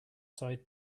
side